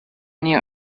new